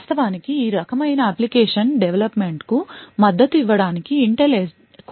వాస్తవానికి ఈ రకమైన అప్లికేషన్ డెవలప్మెంట్కు మద్దతు ఇవ్వడానికి Intel కొన్ని సూచనలను కలిగి ఉంది